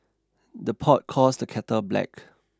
the pot calls the kettle black